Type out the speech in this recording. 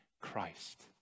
Christ